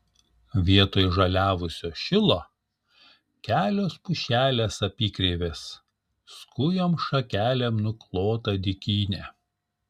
vietoj žaliavusio šilo kelios pušelės apykreivės skujom šakelėm nuklota dykynė